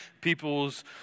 people's